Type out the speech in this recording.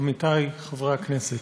עמיתי חברי הכנסת,